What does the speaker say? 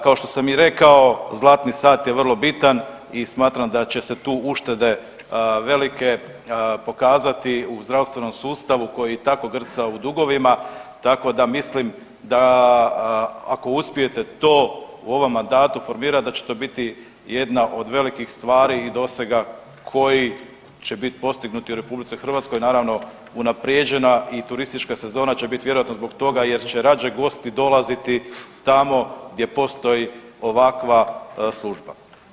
Kao što sam i rekao zlatni sat je vrlo bitan i smatram da će se tu uštede velike pokazati u zdravstvenom sustavu koji tako grca u dugovima, tako da mislim da ako uspijete to u ovom mandatu formirat da će to biti jedna od velikih stvari i dosega koji će biti postignuti u RH, a naravno unaprijeđena i turistička sezona će biti vjerojatno zbog toga jer će rađe gosti dolaziti tamo gdje postoji ovakva služba.